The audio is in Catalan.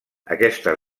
aquesta